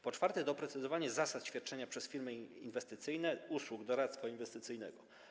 Po czwarte, doprecyzowanie zasad świadczenia przez firmy inwestycyjne usług doradztwa inwestycyjnego.